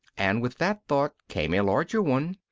and with that thought came a larger one,